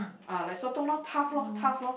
uh like sotong loh tough loh tough loh